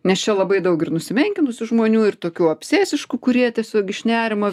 nes čia labai daug ir nusimenkinusių žmonių ir tokių obsesiškų kurie tiesiog iš nerimo